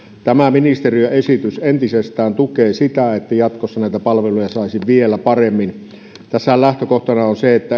tämä ministeriön esitys entisestään tukee sitä että jatkossa näitä palveluja saisi vielä paremmin tässähän lähtökohtana on se että